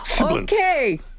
Okay